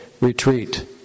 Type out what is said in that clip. retreat